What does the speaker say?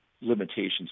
limitations